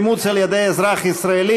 אימוץ על ידי אזרח ישראלי),